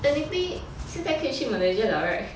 technically 现在可以去 Malaysia [liao] [right]